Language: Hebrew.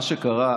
מה שקרה,